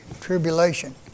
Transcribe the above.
tribulation